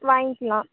வாங்கிக்கலாம்